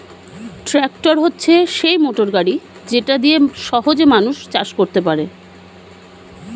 tractor হচ্ছে সেই motor গাড়ি যেটা দিয়ে সহজে মানুষ চাষ করতে পারে